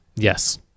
Yes